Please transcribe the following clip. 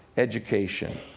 education,